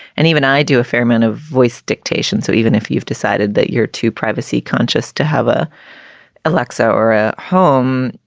and even i do a fair amount of voice dictation. so even if you've decided that you're too privacy conscious to have a alexa or a home,